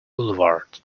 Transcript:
boulevard